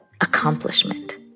accomplishment